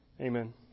Amen